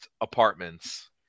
apartments